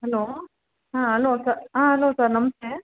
hello ಹಾಂ hello ಸ ಹಾಂ ಹಲೋ ಸರ್ ನಮಸ್ತೆ